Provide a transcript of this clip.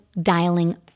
dialing